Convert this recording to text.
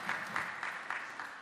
כפיים)